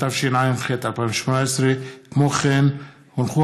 התשע"ח 2018. מסקנות